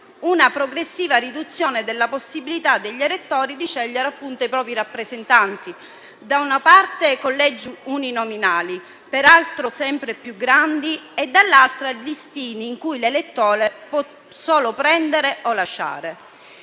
Una progressiva riduzione della possibilità degli elettori di scegliere i propri rappresentanti; da una parte collegi uninominali, peraltro sempre più grandi, e - dall'altra - listini, in cui l'elettore può solo prendere o lasciare.